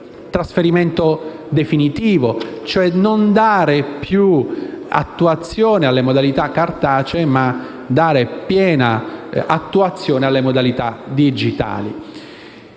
trasferimento definitivo, cessando di dare attuazione alle modalità cartacee, per dare piena attuazione alle modalità digitali.